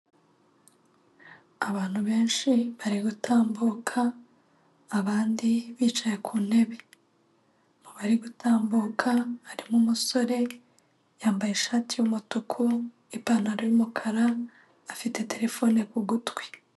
Abantu benshi bari gutambuka, abandi bicaye ku ntebe, mu bari gutambuka harimo umusore yambaye ishati y'umutuku, ipantaro y'umukara afite terefone ku gutwi.